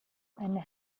eine